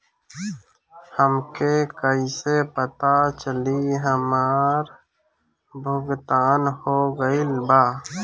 हमके कईसे पता चली हमार भुगतान हो गईल बा?